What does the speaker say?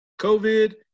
COVID